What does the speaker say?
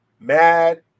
mad